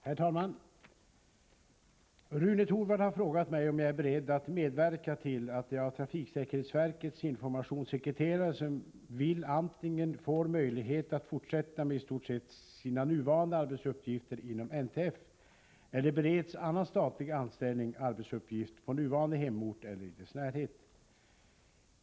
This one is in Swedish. Herr talman! Rune Torwald har frågat mig om jag är beredd att medverka till att de av trafiksäkerhetsverkets informationssekreterare som vill antingen får möjlighet att fortsätta med i stort sett sina nuvarande arbetsuppgifter inom NTF eller bereds annan statlig anställning/arbetsuppgift på nuvarande hemort eller i dess närhet.